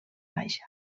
baixa